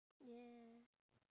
yeah